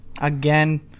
again